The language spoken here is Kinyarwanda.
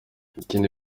ikindi